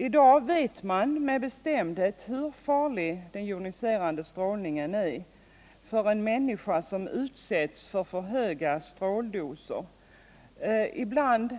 I dag vet man med bestämdhet hur farlig den joniserande strålningen är för en människa som utsätts för för höga stråldoser, ibland